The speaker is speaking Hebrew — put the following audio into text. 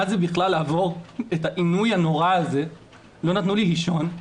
זה בכלל לעבור את העינוי הנורא הזה לא נתנו לי לישון.